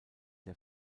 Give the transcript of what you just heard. der